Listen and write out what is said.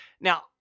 Now